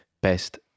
best